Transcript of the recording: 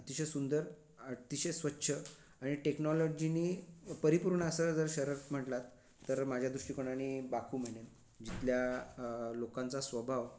अतिशय सुंदर अतिशय स्वच्छ आणि टेक्नाॅलॉजीनी परिपूर्ण असं जर शहर म्हटलात तर माझ्या दृष्टिकोनानी बाकु म्हणेन जिथल्या लोकांचा स्वभाव